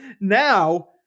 now